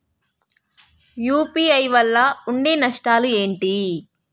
UPI వల్ల ఉండే నష్టాలు ఏంటి??